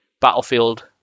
battlefield